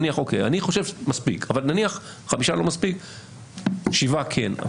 אני חושב שזה מספיק אבל נניח ש-5 לא מספיק אבל 7 כן.